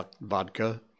vodka